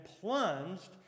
plunged